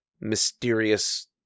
mysterious